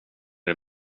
det